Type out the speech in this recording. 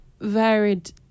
varied